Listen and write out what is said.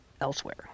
elsewhere